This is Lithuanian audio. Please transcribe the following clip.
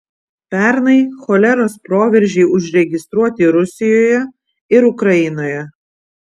pernai choleros proveržiai užregistruoti rusijoje ir ukrainoje